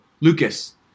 Lucas